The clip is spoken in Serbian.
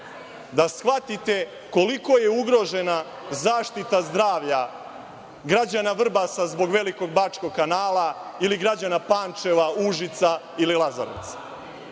da shvatite koliko je ugrožena zaštita zdravlja građana Vrbasa zbog Velikog bačkog kanala ili građana Pančeva, Užica ili Lazarevca.